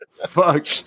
fuck